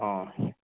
অ